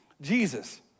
Jesus